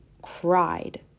cried